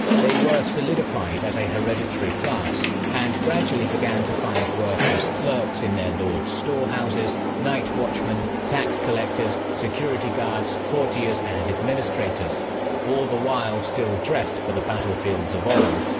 they were solidified as a hereditary class and gradually began to find work as clerks in their lord's storehouses, night watchmen, tax collectors, security guards, courtiers and administrators all the while still dressed for the battlefields of old,